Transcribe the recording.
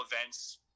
events